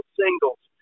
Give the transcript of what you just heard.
singles